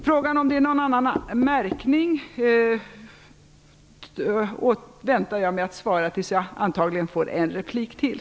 Frågan om det förekommer någon annan märkning väntar jag med att svara på tills jag får en replik till.